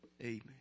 amen